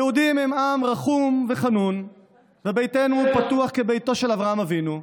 היהודים הם עם רחום וחנון וביתנו פתוח כביתו של אברהם אבינו.